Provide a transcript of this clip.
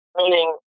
meaning